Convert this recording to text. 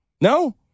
No